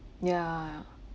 yeah